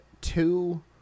two